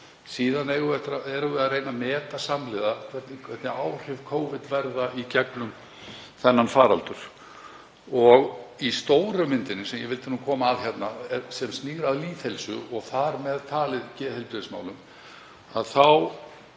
Síðan erum við að reyna að meta samhliða hver áhrif Covid verða í gegnum þennan faraldur. Í stóru myndinni sem ég vildi koma að, sem snýr að lýðheilsu og þar með talið geðheilbrigðismálum, er það